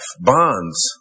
bonds